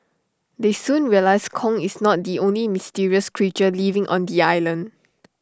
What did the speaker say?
they soon realise Kong is not the only mysterious creature living on the island